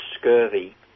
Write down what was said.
scurvy